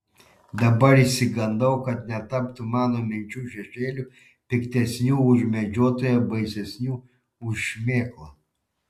dabar išsigandau kad netaptų mano minčių šešėliu piktesniu už medžiotoją baisesniu už šmėklą